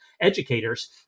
educators